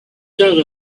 thought